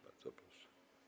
Bardzo proszę.